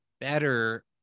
better